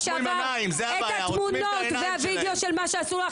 שעבר את התמונות והווידאו של מה שעשו לך,